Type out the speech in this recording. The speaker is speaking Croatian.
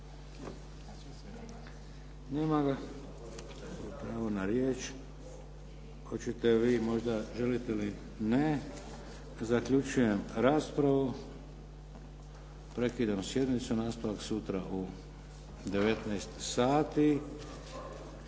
Nema ga. Gubi pravo na riječ. Želite li? Ne. Zaključujem raspravu. Prekidam sjednicu. Nastavak sutra u 9,30